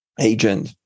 agent